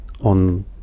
on